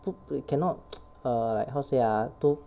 不不 cannot err like how say ah do